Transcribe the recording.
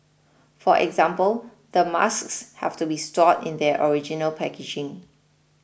for example the masks have to be stored in their original packaging